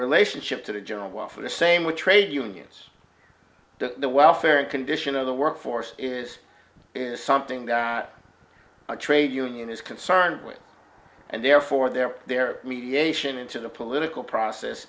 relationship to the general welfare the same with trade unions the welfare and condition of the workforce is something that a trade union is concerned with and therefore their mediation into the political process